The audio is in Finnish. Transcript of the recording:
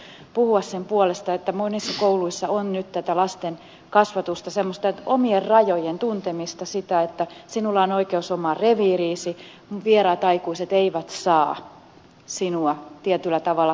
minä olen eri haastatteluissa yrittänyt puhua sen puolesta että monissa kouluissa on nyt tätä lasten kasvatusta semmoista omien rajojen tuntemista sitä että sinulla on oikeus omaan reviiriisi ja vieraat aikuiset eivät saa sinua tietyllä tavalla koskettaa